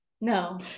no